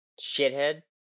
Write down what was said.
Shithead